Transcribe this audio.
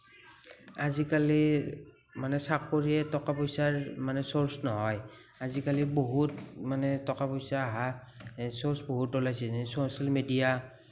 আজিকালি মানে চাকৰিয়েই টকা পইচাৰ মানে চ'ৰ্চ নহয় আজিকালি বহুত মানে টকা পইচা অহা চ'ৰ্চ বহুত ওলাইছে যেনে চচিয়েল মিডিয়া